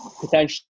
potentially